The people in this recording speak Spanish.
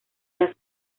las